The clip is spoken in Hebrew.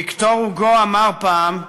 ויקטור הוגו אמר פעם,